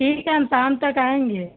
ठीक है हम शाम तक आएँगे